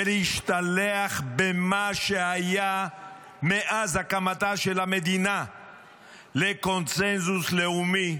ולהשתלח במה שהיה מאז הקמתה של המדינה לקונסנזוס לאומי?